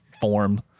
form